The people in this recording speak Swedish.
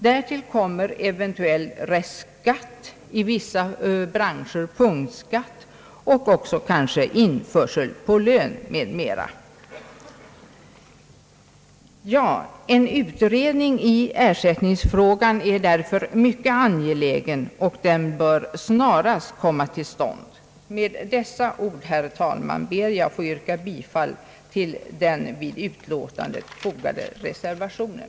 Därtill kommer eventuell restskatt, i vissa branscher punktskatt och kanske också införsel på lön m.m. En utredning i ersättningsfrågan är därför mycket angelägen och bör snarast komma till stånd. Med dessa ord, herr talman, ber jag att få yrka bifall till den vid utlåtandet fogade reservationen.